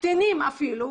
קטינים אפילו,